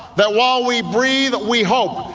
that while we breathe we hope,